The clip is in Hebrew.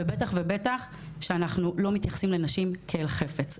ובטח ובטח שאנחנו לא מתייחסים לנשים כאל חפץ.